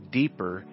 deeper